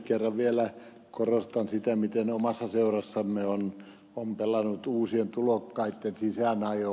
kerran vielä korostan sitä miten omassa seurassamme on pelannut uusien tulokkaitten sisäänajo